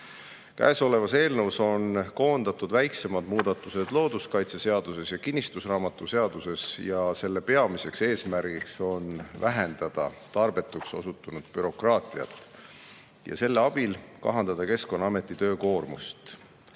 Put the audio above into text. Käesolevas eelnõus on koondatud väiksemad muudatused looduskaitseseaduses ja kinnistusraamatuseaduses ja selle peamine eesmärk on vähendada tarbetuks osutunud bürokraatiat ja selle abil kahandada Keskkonnaameti töökoormust.